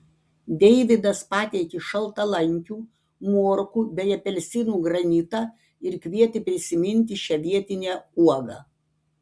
deivydas pateikė šaltalankių morkų bei apelsinų granitą ir kvietė prisiminti šią vietinę uogą